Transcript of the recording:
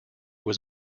was